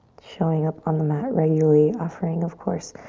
showing up on the mat regularly offering, of course,